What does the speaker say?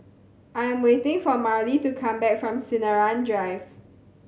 I am waiting for Marlie to come back from Sinaran Drive